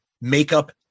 makeup